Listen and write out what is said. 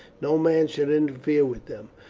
no man should interfere with them,